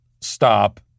stop